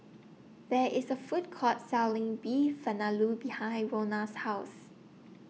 There IS A Food Court Selling Beef Vindaloo behind Rhona's House